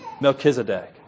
Melchizedek